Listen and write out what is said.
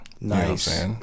nice